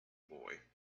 boy